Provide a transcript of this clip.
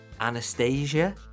Anastasia